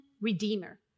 redeemer